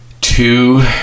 two